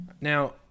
Now